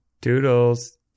Doodles